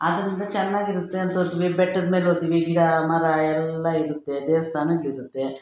ಅದರಿಂದ ಚೆನ್ನಾಗಿರುತ್ತೆ ತುದಿ ಬೆಟ್ಟದ್ಮೇಲೆ ಹೋತೀವಿ ಗಿಡ ಮರ ಎಲ್ಲ ಇರುತ್ತೆ ದೇವಸ್ಥಾನಗಳಿರುತ್ತೆ